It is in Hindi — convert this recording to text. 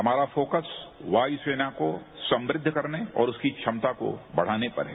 हमारा फोकस वायू सेना को समूद्द करने और उसकी क्षमता को बढ़ाने पर है